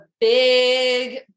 big